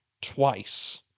twice